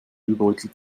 müllbeutel